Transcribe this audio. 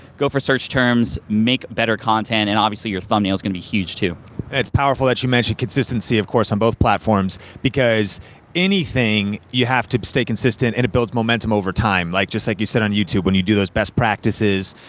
go for search terms, make better content, and obviously your thumbnails can be huge too. and it's powerful that you mention consistency of course on both platforms because anything you have to stay consistent and it builds momentum over time. like just like you said on youtube, when you do those best practices,